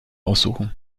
aussuchen